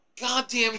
goddamn